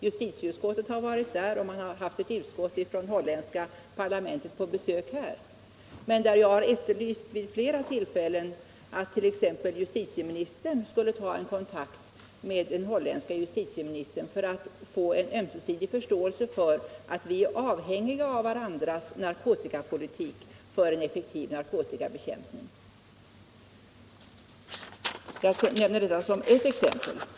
Justitieutskottet har varit i Holland, och ett utskott från det holländska parlamentet har varit på besök här. Jag har emellertid vid flera tillfällen efterlyst att exempelvis justitieministern skulle ta en kontakt med den holländske justitieministern för att skapa en ömsesidig förståelse för att vi är avhängiga av varandras narkotikapolitik om vi skall få till stånd en effektiv narkotikabekämpning. Jag nämner detta som ett exempel.